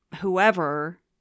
whoever